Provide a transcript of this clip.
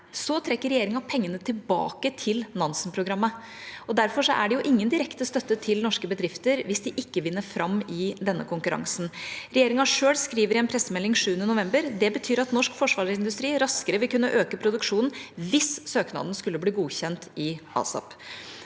trekker regjeringa pengene tilbake til Nansen-programmet. Derfor er det ingen direkte støtte til norske bedrifter hvis de ikke vinner fram i denne konkurransen. Regjeringa selv skriver i en pressemelding fra 7. november 2023: «Det betyr at norske forsvarsindustri raskere vil kunne øke produksjonen, hvis søknaden skulle bli godkjent i ASAP.»